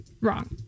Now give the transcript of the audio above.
Wrong